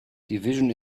division